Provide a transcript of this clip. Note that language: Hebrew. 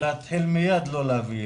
אנחנו צריכים להתחיל מייד לא להביא ילדים.